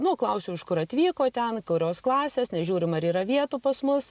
nu klausiau iš kur atvyko ten kurios klasės nes žiūrim ar yra vietų pas mus